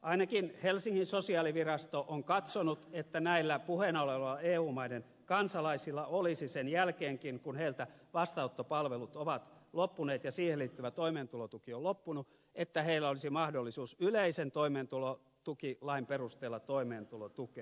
ainakin helsingin sosiaalivirasto on katsonut että näillä puheena olevilla eu maiden kansalaisilla olisi sen jälkeenkin kun heiltä vastaanottopalvelut ovat loppuneet ja siihen liittyvä toimeentulotuki on loppunut mahdollisuus yleisen toimeentulotukilain perusteella toimeentulotukeen